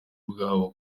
bwabo